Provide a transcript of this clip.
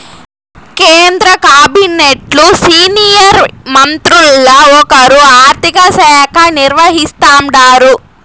కేంద్ర కాబినెట్లు సీనియర్ మంత్రుల్ల ఒకరు ఆర్థిక శాఖ నిర్వహిస్తాండారు